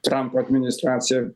trampo administracija